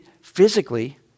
physically